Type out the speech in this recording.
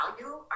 value